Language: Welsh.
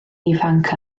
ifanc